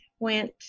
Went